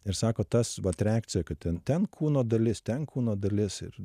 ir sako tas vat reakcija kad ten ten kūno dalis ten kūno dalis ir